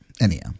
anyhow